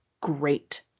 great